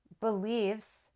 beliefs